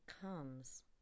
comes